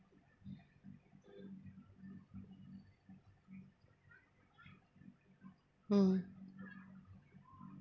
mm